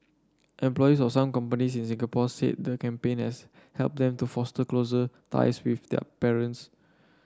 employees of some companies in Singapore said the campaign has helped them to foster closer ties with their parents